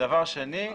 דבר שני,